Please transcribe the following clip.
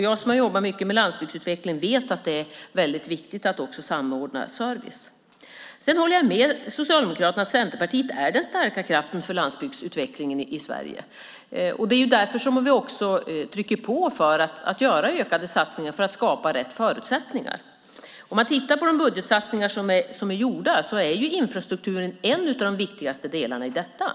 Jag som har jobbat mycket med landsbygdsutveckling vet att det är väldigt viktigt att också samordna service. Jag håller med Socialdemokraterna. Centerpartiet är den starka kraften för landsbygdsutvecklingen i Sverige. Vi trycker på för ökade satsningar just för att skapa de rätta förutsättningarna. Sett till de budgetsatsningar som är gjorda är infrastrukturen en av de viktigaste delarna i sammanhanget.